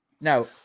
Now